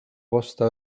osta